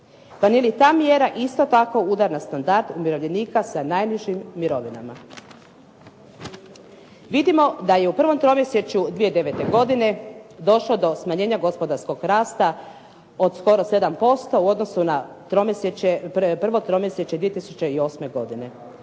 Pa nije li ta mjera isto tako udar na standard umirovljenika sa najnižim mirovinama. Vidimo da je u prvom tromjesečju 2009. godine došlo do smanjenja gospodarskog rasta od skoro 7% u odnosu na prvo tromjesečje 2008. godine.